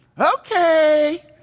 Okay